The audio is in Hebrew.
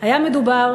היה מדובר